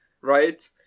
right